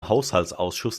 haushaltsausschuss